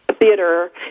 Theater